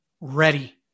ready